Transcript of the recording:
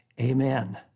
amen